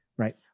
Right